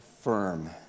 firm